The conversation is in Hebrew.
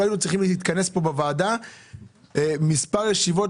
לא היינו צריכים להתכנס פה בוועדה מספר ישיבות,